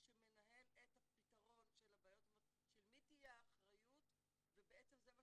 שמנהל את הפתרון של מי תהיה האחריות ובעצם זה מה